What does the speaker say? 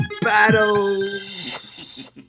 battles